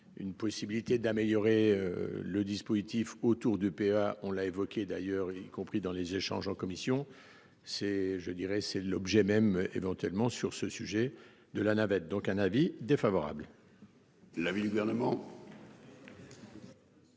Une possibilité d'améliorer le dispositif autour du PA. On l'a évoqué d'ailleurs y compris dans les échanges en commission. C'est je dirais, c'est l'objet même éventuellement sur ce sujet de la navette donc un avis défavorable. L'avis du gouvernement.